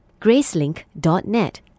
gracelink.net